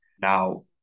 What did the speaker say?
Now